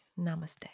Namaste